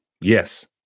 Yes